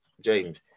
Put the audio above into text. James